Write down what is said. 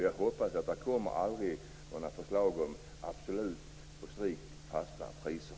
Jag hoppas att det aldrig kommer något förslag om fasta priser.